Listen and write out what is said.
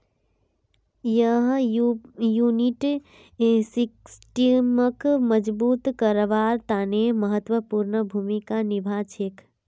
यई इम्यूनिटी सिस्टमक मजबूत करवार तने महत्वपूर्ण भूमिका निभा छेक